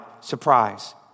surprise